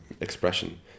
expression